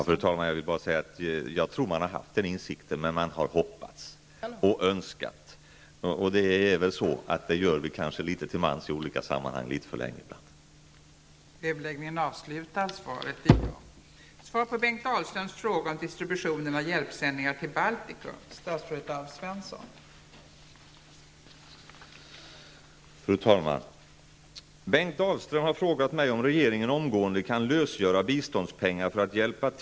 Fru talman! Jag vill bara säga att jag tror att man har haft insikt här. Men man har hoppats och önskat, och det tror jag att vi gör litet till mans och litet för länge ibland.